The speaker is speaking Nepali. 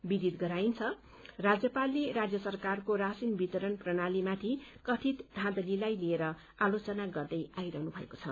विदित गराइन्छ राज्यपालले राज्य सरकारको राशिन वितरण प्रणाली माथि कथित धाँधलीलाई लिएर आलोचना गर्दै आइरहनु भएको छ